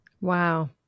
Wow